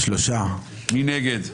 מי נגד?